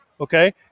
Okay